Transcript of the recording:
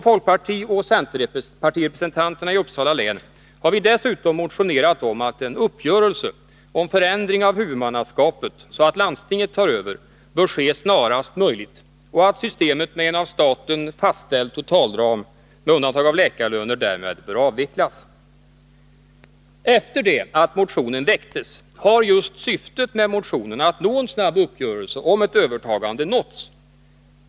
Folkpartioch centerpartirepresentanterna i Uppsala län har dessutom Driftkostnader motionerat om att en uppgörelse om förändring av huvudmannaskapet, så att för Akademiska landstinget tar över, bör ske snarast möjligt och att systemet med en av staten fastställd totalram, med undantag av läkarlöner, därmed bör avvecklas. Efter det att motionen väcktes har just syftet med den — att nå en snabb uppgörelse om ett övertagande — nåtts.